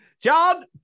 John